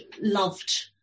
loved